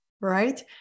right